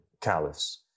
caliphs